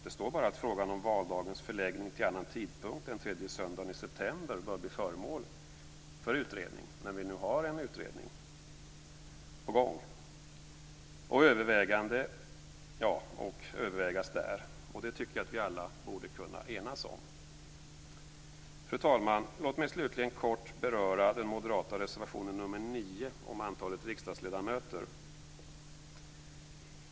Det står bara att frågan om valdagens förläggning till annan tidpunkt än tredje söndagen i september bör bli föremål för utredning, när det nu finns en utredning på gång, och övervägas där. Det tycker jag att vi alla borde kunna enas om. Fru talman! Låt mig slutligen kort beröra den moderata reservationen nr 9, om antalet riksdagsledamöter.